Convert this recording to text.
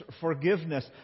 forgiveness